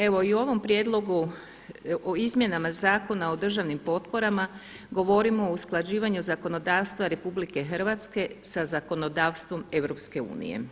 Evo i u ovom Prijedlogu o izmjenama Zakona o državnim potporama govorimo o usklađivanju zakonodavstva RH sa zakonodavstvom EU.